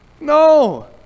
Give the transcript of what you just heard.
No